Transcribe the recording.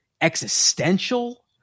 existential